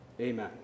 Amen